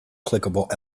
clickable